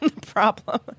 problem